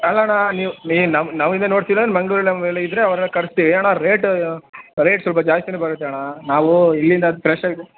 ಅಲ್ಲ ಅಣ್ಣ ನೀವು ನಿ ನಮ್ಮ ನಮ್ಮಿಂದ ನೋಡ್ತೀರಾ ಇಲ್ಲ ಮಂಗ್ಳೂರ್ನವು ನಮ್ಮ ಎಲ್ಲ ಇದ್ದರೆ ಅವ್ರನ್ನ ಕರೆಸ್ತೀವಿ ಅಣ್ಣ ರೇಟು ರೇಟ್ ಸ್ವಲ್ಪ ಜಾಸ್ತಿಯೇ ಬರುತ್ತೆ ಅಣ್ಣ ನಾವು ಇಲ್ಲಿಂದ ಫ್ರೆಶ್ಶಾಗಿ